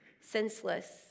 senseless